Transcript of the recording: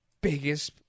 biggest